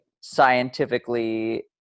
scientifically